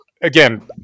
again